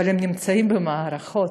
אבל הם נמצאים במערכות,